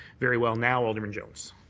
very well now, alderman jones.